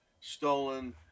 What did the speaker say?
Stolen